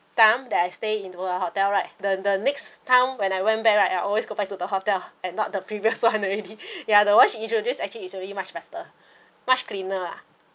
time that I stay in the hotel right the the next time when I went back right I always go back to the hotel and not the previous one already ya the one she introduce actually it's already much better much cleaner lah